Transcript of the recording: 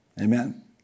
Amen